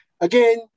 Again